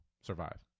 survive